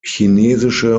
chinesische